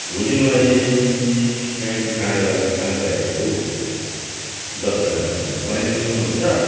भोलि मलाई फ्यामिली खानाको लागि खाना चाहिएको थियो हौ दसजनाको लागि बनाइदिनु सक्नुहुन्छ